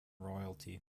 royalty